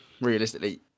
realistically